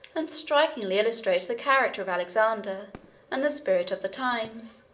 and strikingly illustrate the character of alexander and the spirit of the times.